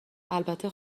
البته